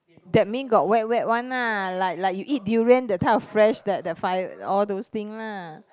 that mean got wet wet one lah like like you eat durian that type of fresh that that f~ all those thing lah